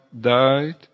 died